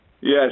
Yes